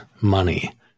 money